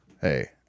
Hey